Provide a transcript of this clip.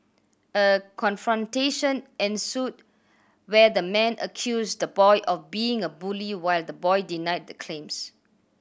a confrontation ensued where the man accused the boy of being a bully while the boy denied the claims